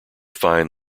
find